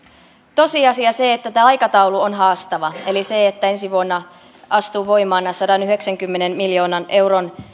tosiasia se että tämä aikataulu on haastava eli ensi vuonna astuvat voimaan nämä sadanyhdeksänkymmenen miljoonan euron